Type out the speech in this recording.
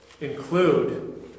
include